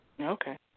Okay